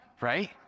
right